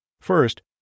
First